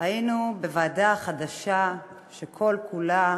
היינו בוועדה חדשה שכל כולה